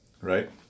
right